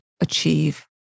achieve